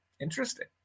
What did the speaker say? Interesting